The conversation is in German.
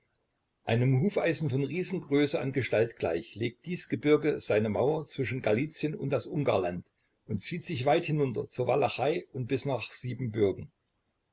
einem hufeisen von riesengröße an gestalt gleich legt dies gebirge seine mauer zwischen galizien und das ungarland und zieht sich weit hinunter zur walachei und bis nach siebenbürgen